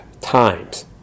times